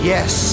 Yes